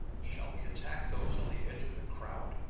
shall we attack those on the edge of the crowd?